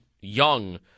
young